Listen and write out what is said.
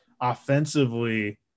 offensively